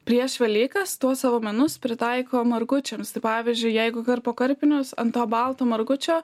prieš velykas tuos savo menus pritaiko margučiams tai pavyzdžiui jeigu karpo karpinius ant to balto margučio